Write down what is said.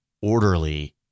orderly